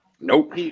Nope